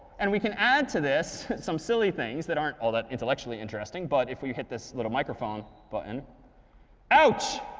and we can add to this some silly things that aren't all that intellectually interesting. but if we hit this little microphone button ouch.